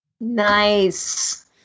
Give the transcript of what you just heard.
Nice